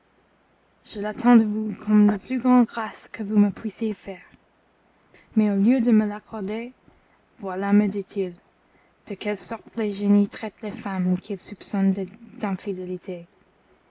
je l'attends de vous comme la plus grande grâce que vous me puissiez faire mais au lieu de me l'accorder voilà me dit-il de quelle sorte les génies traitent les femmes qu'ils soupçonnent d'infidélité